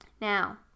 Now